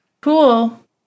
Cool